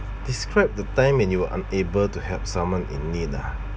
describe the time when you are unable to help someone in need ah